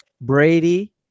Brady